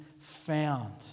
found